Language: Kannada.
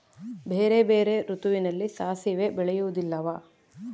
ಬೇರೆ ಬೇರೆ ಋತುವಿನಲ್ಲಿ ಸಾಸಿವೆ ಬೆಳೆಯುವುದಿಲ್ಲವಾ?